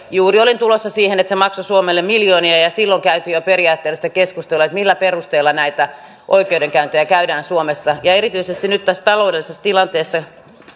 juuri olin tulossa siihen että se maksoi suomelle miljoonia silloin jo käytiin periaatteellista keskustelua siitä millä perusteella näitä oikeudenkäyntejä käydään suomessa erityisesti nyt tässä taloudellisessa tilanteessa